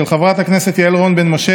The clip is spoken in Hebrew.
של חברת הכנסת יעל רון בן משה,